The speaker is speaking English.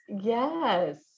yes